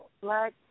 black